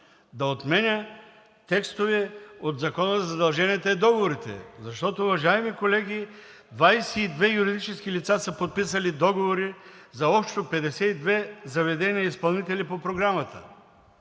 да отменя текстове от Закона за задълженията и договорите? Уважаеми колеги, 22 юридически лица са подписали договори за общо 52 заведения – изпълнители по програмата.